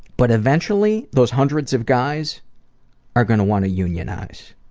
but eventually those hundreds of guys are going to want to unionize.